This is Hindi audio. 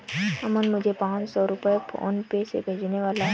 अमन मुझे पांच सौ रुपए फोनपे से भेजने वाला है